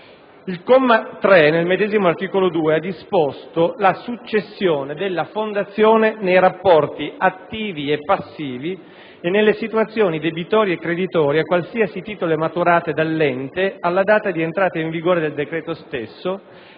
Il comma 3 del medesimo articolo 2 ha disposto la successione della fondazione nei rapporti attivi e passivi e nelle situazioni debitorie e creditorie a qualsiasi titolo maturate dall'ente alla data di entrata in vigore del decreto stesso,